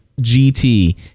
gt